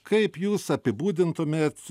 kaip jūs apibūdintumėt